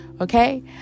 Okay